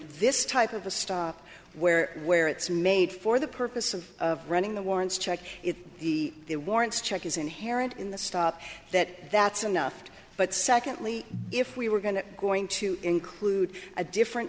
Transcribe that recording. this type of a stop where where it's made for the purpose of running the warrants check if the it warrants check is inherent in the stop that that's enough but secondly if we were going to going to include a different